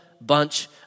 bunch